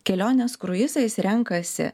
keliones kruizais renkasi